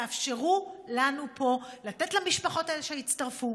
תאפשרו לנו פה לתת למשפחות האלה שהצטרפו,